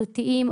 תלותיים,